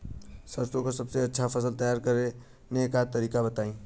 सरसों का सबसे अच्छा फसल तैयार करने का तरीका बताई